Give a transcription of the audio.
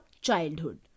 childhood